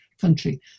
country